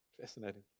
Fascinating